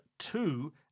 two